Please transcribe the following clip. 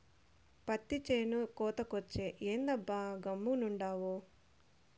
పత్తి చేను కోతకొచ్చే, ఏందబ్బా గమ్మునుండావు